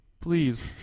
Please